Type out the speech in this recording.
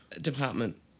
department